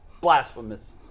Blasphemous